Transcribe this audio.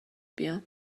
بیام